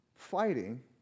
fighting